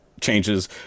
changes